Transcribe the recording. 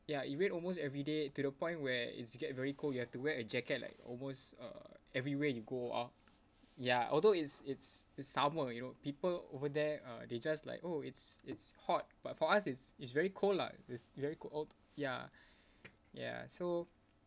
ya it rained almost everyday to the point where if you get very cold you have to wear a jacket like almost uh everywhere you go orh ya although it's it's it's summer you know people over there uh they just like oh it's it's hot but for us it's it's very cold lah it's very cold ya ya so